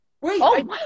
Wait